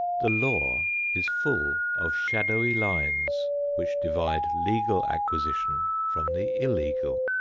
the law is full of shadowy lines which divide legal acquisition from the illegal,